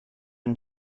and